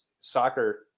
soccer